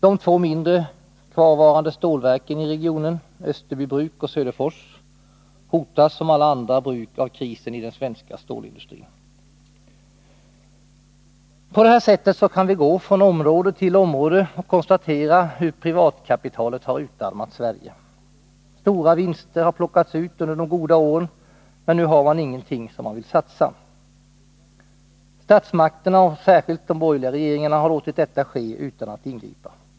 De två mindre kvarstående stålverken i regionen, Österbybruk och Söderfors, hotas som alla andra bruk av krisen i den svenska stålindustrin. På det här sättet kan vi gå från område till område och konstatera hur privatkapitalet har utarmat Sverige. Stora vinster har plockats ut under de goda åren, men nu har man ingenting som man vill satsa. Statsmakterna och särskilt de borgerliga regeringarna har låtit detta ske utan att ingripa.